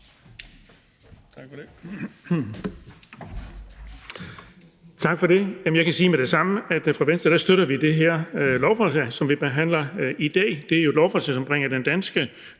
Tak for det. Jeg kan med det samme sige, at vi i Venstre støtter det her lovforslag, som vi behandler i dag. Det er jo et lovforslag, som bringer den danske